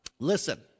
Listen